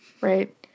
right